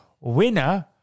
winner